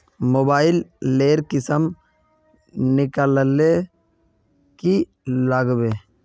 Mobile लेर किसम निकलाले की लागबे?